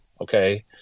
okay